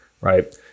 right